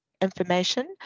information